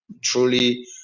truly